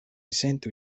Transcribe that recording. sentu